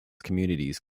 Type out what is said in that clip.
communities